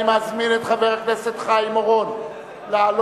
אני מזמין את חבר הכנסת חיים אורון להעלות